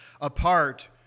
apart